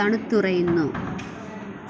തണുത്തുറയുന്നു